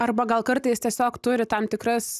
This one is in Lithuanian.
arba gal kartais tiesiog turi tam tikras